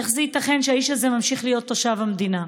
איך זה ייתכן שהאיש הזה ממשיך להיות תושב המדינה?